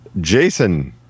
Jason